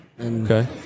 Okay